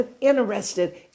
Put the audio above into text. interested